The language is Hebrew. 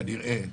כנראה,